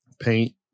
paint